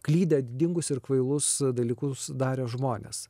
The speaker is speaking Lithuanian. klydę didingus ir kvailus dalykus darę žmonės